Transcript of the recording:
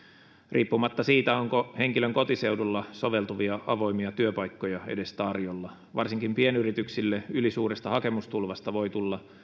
riippumatta siitä onko henkilön kotiseudulla soveltuvia avoimia työpaikkoja edes tarjolla varsinkin pienyrityksille ylisuuresta hakemustulvasta voi tulla